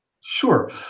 Sure